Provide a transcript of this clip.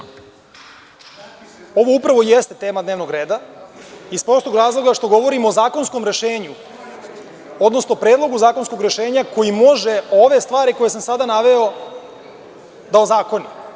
Ovo upravo jeste tema dnevnog reda iz prostog razloga što govorimo o zakonskom rešenju, odnosno predlogu zakonskog rešenja koji može ove stvari koje sam sada naveo da ozakoni.